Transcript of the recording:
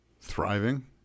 thriving